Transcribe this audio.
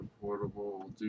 Portable